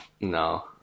No